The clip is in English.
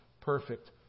perfect